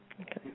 Okay